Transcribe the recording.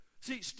See